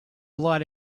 lot